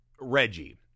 reggie